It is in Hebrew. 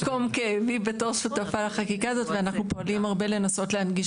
פה איזה שהוא איזון בין הנגשה